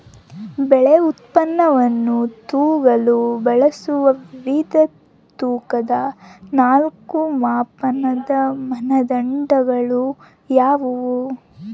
ಬೆಳೆ ಉತ್ಪನ್ನವನ್ನು ತೂಗಲು ಬಳಸುವ ವಿವಿಧ ತೂಕದ ನಾಲ್ಕು ಮಾಪನದ ಮಾನದಂಡಗಳು ಯಾವುವು?